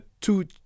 two